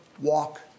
Walk